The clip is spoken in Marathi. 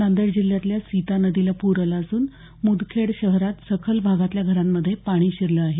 नांदेड जिल्ह्यातल्या सीता नदीला पूर आला असून मुदखेड शहरात सखल भागातल्या घरांमध्ये पाणी शिरलं आहे